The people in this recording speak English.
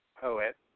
poet